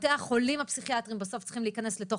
בתי החולים הפסיכיאטרים בסוף צריכים להיכנס לתוך